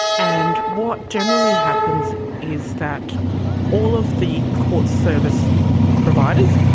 and what generally happens is that all of the court service providers,